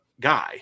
guy